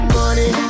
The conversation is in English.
money